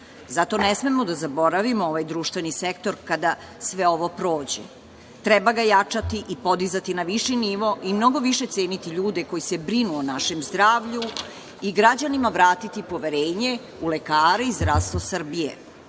Zato ne smemo da zaboravimo ovaj društveni sektor kada sve ovo prođe. Treba ga jačati i podizati na viši nivo i mnogo više ceniti ljude koji se brinu o našem zdravlju i građanima vratiti poverenje u lekare i zdravstvo Srbije. Treba